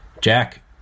Jack